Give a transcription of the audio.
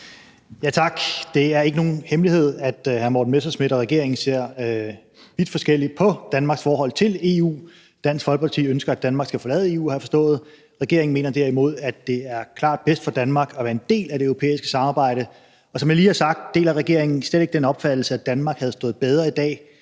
Tak. Det er ikke nogen hemmelighed, at hr. Morten Messerschmidt og regeringen ser vidt forskelligt på Danmarks forhold til EU. Dansk Folkeparti ønsker, at Danmark skal forlade EU, har jeg forstået, men regeringen mener derimod, at det er klart bedst for Danmark at være en del af det europæiske samarbejde. Og som jeg lige har sagt, deler regeringen slet ikke den opfattelse, at Danmark havde stået bedre i dag,